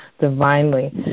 divinely